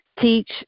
teach